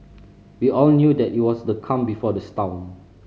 we all knew that it was the calm before the storm